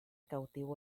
cautivo